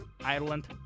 Ireland